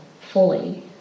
fully